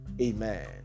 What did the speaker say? Amen